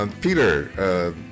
Peter